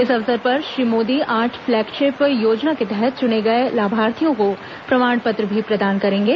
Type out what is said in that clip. इस अवसर श्री मोदी आठ फ्लैगशिप योजना के तहत चुने गए लाभार्थियों को प्रमाण पत्र भी प्रदान करेंगे